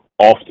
often